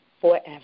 forever